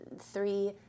three